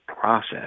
process